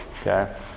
Okay